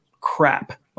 crap